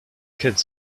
kids